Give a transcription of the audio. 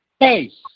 face